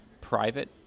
private